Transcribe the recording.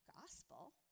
gospel